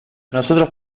nosotros